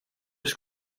just